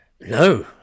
No